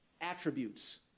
attributes